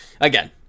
again